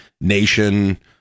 nation